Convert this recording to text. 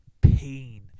pain